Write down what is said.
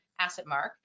AssetMark